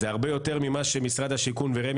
זה הרבה יותר ממה שמשרד השיכון ורשות מקרקעי